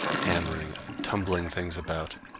hammering, and tumbling things about,